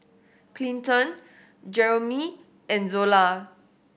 Clinton Jeromy and Zola